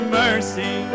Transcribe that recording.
mercy